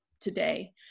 today